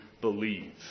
believe